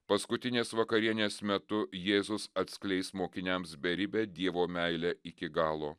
paskutinės vakarienės metu jėzus atskleis mokiniams beribę dievo meilę iki galo